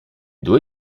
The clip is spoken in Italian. due